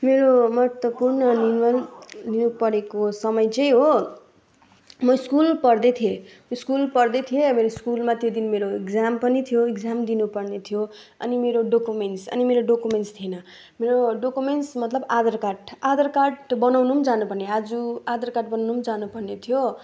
मेरो महत्त्वपूर्ण निर्णय लिनु परेको समय चाहिँ हो म स्कुल पढ्दै थिएँ स्कुल पढ्दै थिएँ अब स्कुलमा त्यो दिन मेरो इक्जाम पनि थियो इक्जाम दिनु पर्ने थियो अनि मेरो डकोमेन्ट्स अनि मेरो डकोमेन्ट्स थिएन मेरो डकोमेन्ट्स मतलब आधार कार्ड आधार कार्ड बनाउनु जानु पर्ने आज आधार कार्ड बनाउनु जानु पर्ने थियो